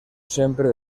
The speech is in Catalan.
sempre